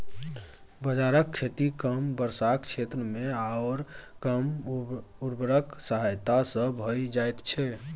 बाजराक खेती कम वर्षाक क्षेत्रमे आओर कम उर्वरकक सहायता सँ भए जाइत छै